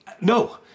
No